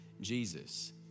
Jesus